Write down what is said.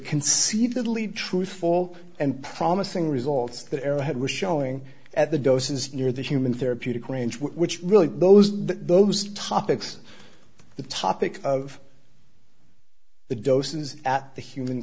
conceivably truthful and promising results that arrowhead was showing at the doses near the human therapeutic range which really those those topics the topic of the doses at the human